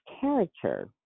character